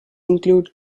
include